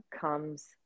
comes